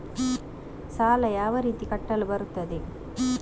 ಸಾಲ ಯಾವ ರೀತಿ ಕಟ್ಟಲು ಬರುತ್ತದೆ?